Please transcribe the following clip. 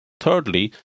Thirdly